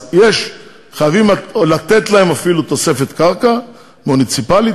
אז חייבים לתת להם אפילו תוספת קרקע מוניציפלית,